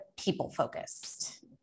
people-focused